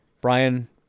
Brian